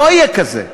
לא יהיה כזה.